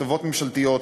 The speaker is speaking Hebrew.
חברות ממשלתיות,